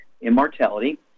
Immortality